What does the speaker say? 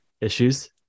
issues